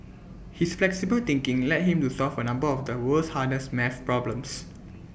his flexible thinking led him to solve A number of the world's hardest math problems